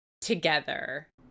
together